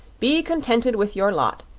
be contented with your lot,